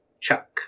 Chuck